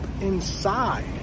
inside